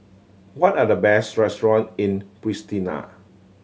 what are the best restaurant in Pristina